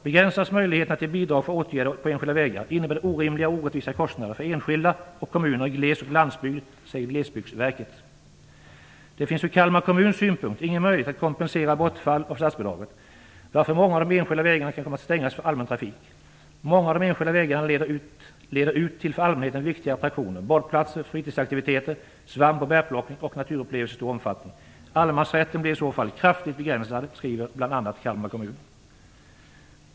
"Begränsas möjligheterna till bidrag för åtgärder på enskilda vägar innebär det orimliga och orättvisa kostnader för enskilda och kommuner i gles och landsbygd" säger Glesbygdsverket. "Det finns ur Kalmar kommuns synpunkt ingen möjlighet att kompensera bortfall av statsbidraget, varför många av de enskilda vägarna kan komma att stängas för allmän trafik. Många av de enskilda vägarna leder ut till för allmänheten viktiga attraktioner: badplatser, fritidsaktiviteter, svamp och bärplockning och naturupplevelser i stor omfattning. Allemansrätten blir i så fall kraftigt begränsad" skriver bl.a. Kalmar kommun.